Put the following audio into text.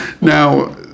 Now